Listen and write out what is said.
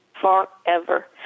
forever